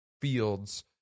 fields